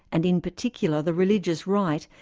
and in particular the religious right,